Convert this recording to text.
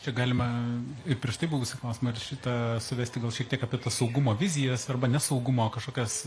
čia galima ir prieš tai buvusį klausimą ir šitą suvesti gal šiek tiek apie tas saugumo vizijas arba nesaugumo kažkokias